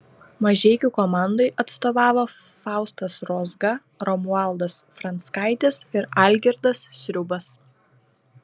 mažeikių komandai atstovavo faustas rozga romualdas franckaitis ir algirdas sriubas